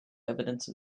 evidence